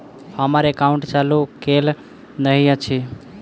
हम्मर एकाउंट चालू केल नहि अछि?